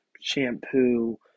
shampoo